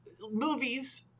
movies